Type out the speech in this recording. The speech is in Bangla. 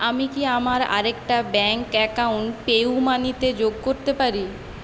আমি কি আমার আরেকটা ব্যাংক অ্যাকাউন্ট পেইউমানিতে যোগ করতে পারি